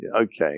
okay